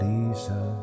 Lisa